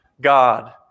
God